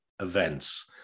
events